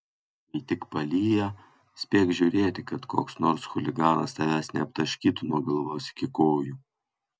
kai tik palyja spėk žiūrėti kad koks nors chuliganas tavęs neaptaškytų nuo galvos iki kojų